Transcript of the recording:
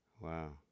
Wow